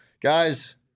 Guys